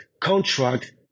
contract